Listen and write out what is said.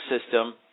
system